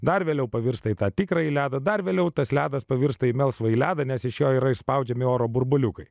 dar vėliau pavirsta į tą tikrąjį ledą dar vėliau tas ledas pavirsta į melsvą ledą nes iš jo yra išspaudžiami oro burbuliukai